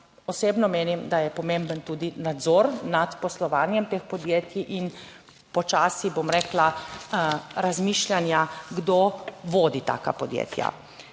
osebno menim, da je pomemben tudi nadzor nad poslovanjem teh podjetij in, počasi bom rekla, razmišljanja kdo vodi taka podjetja.